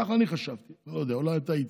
כך חשבתי, לא יודע, אולי טעיתי.